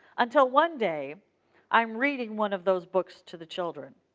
until one day i am reading one of those books to the children,